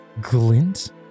glint